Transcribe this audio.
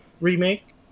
remake